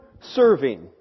serving